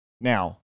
Now